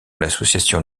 l’association